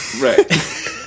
Right